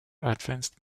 advanced